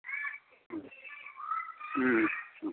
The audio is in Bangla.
হুম হুম